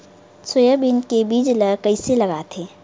Soybean के बीज ल कइसे लगाथे?